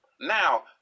Now